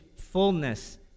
fullness